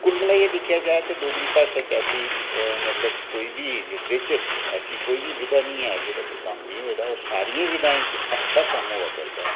कुल्ल मलाइयै दिक्खेआ जा तां डोगरी भाशां इक ऐसी मतलब कोई बी लिट्रेचर च ऐसी कोई बी विधा नि ऐ जेह्दे उप्पर कम्म निं होए दा और सारियें विधाऐं उप्पर अच्छा कम्म होआ करा ऐ